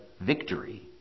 victory